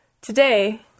Today